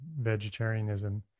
vegetarianism